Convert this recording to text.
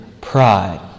pride